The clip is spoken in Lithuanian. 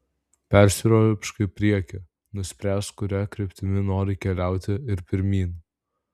persiropšk į priekį nuspręsk kuria kryptimi nori keliauti ir pirmyn